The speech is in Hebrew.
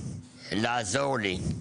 לעזור לי,